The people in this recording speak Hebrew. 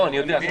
אני יודע.